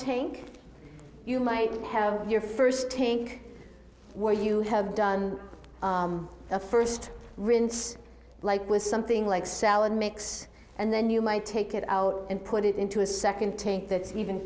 tank you might have your first tank where you have done the first rinse like with something like salad mix and then you might take it out and put it into a second take that even